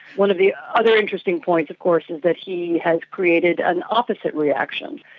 one of the other interesting points of course is that he has created an opposite reaction.